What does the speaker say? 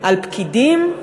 על פקידים,